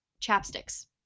chapsticks